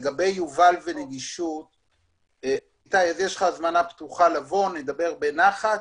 יש לך הזמנה פתוחה לבוא, נדבר בנחת,